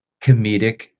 comedic